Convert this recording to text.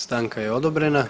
Stanka je odobrena.